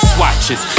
Swatches